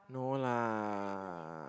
no lah